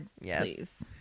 Yes